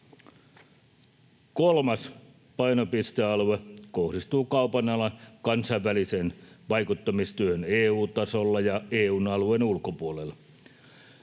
Kolmas painopistealue kohdistuu kaupan alan kansainväliseen vaikuttamistyöhön EU-tasolla ja EU:n alueen ulkopuolella.